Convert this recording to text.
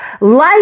Life